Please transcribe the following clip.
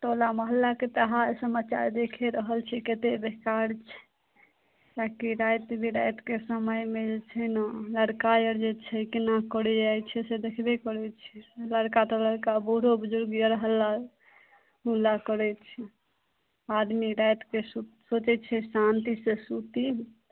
टोला मोहल्लाके तऽ हाल समाचार देखिए रहल छिए कतेक बेकार छै किएकि राति बिरातिके समयमे जे छै ने लड़का आओर जे छै कोना करै जाए छै से देखबे करै छिए लड़का तऽ लड़का बूढ़ो बुजुर्ग आओर हल्ला गुल्ला करै छै आदमी रातिके सोचै छै शान्तिसे सुती